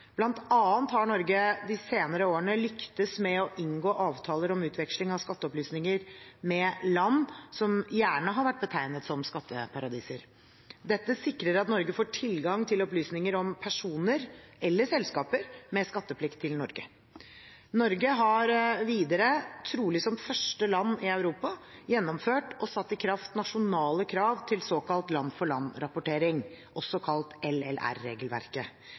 har Norge de senere årene lyktes med å inngå avtaler om utveksling av skatteopplysninger med land som gjerne har vært betegnet som skatteparadiser. Dette sikrer at Norge får tilgang til opplysninger om personer eller selskaper med skatteplikt til Norge. Norge har videre, trolig som første land i Europa, gjennomført og satt i kraft nasjonale krav til såkalt